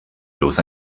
bloß